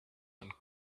and